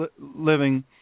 living